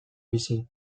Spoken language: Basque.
bizi